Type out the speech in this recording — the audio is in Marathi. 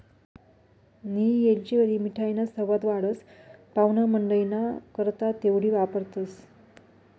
नियी येलचीवरी मिठाईना सवाद वाढस, पाव्हणामंडईना करता तेवढी वापरतंस